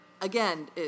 again